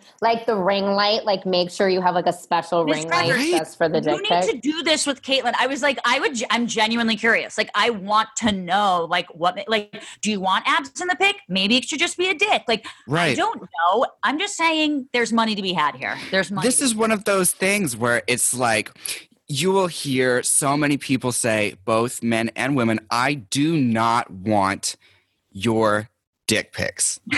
Like, the ring light, like, make sure you have, like, a special Miss ring Crocker, light Right. just for the you dick need pic. to do this with Caitlyn. I was, like, I would ge- I'm genuinely curious. Like, I want to know, like, what ma- like, do you want abs in the pic? Maybe it should just be a dick. Like, I Right. don't know. I'm just saying there's money to be had here. There's money This to be is had. one of those things where it's, like, you will hear so many people say, both men and women, "I do not want your dick pics."